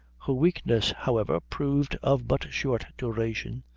her weakness, however, proved of but short duration,